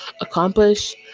accomplish